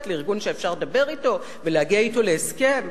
לארגון שאפשר לדבר אתו ולהגיע אתו להסכם.